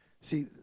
See